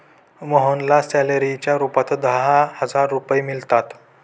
मोहनला सॅलरीच्या रूपात दहा हजार रुपये मिळतात